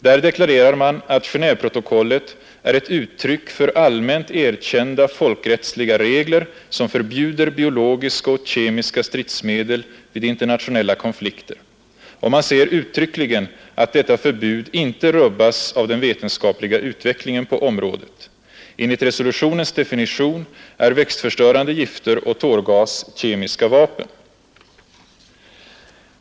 Där deklarerar man att Genéveprotokollet är ett uttryck för allmänt erkända folkrättsliga regler, som förbjuder biologiska och kemiska stridsmedel vid internationella konflikter, och man säger uttryckligen att detta förbud inte rubbas av den vetenskapliga utvecklingen på området. Enligt resolutionens definition är växtförstörande gifter och tårgas kemiska vapen.